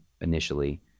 initially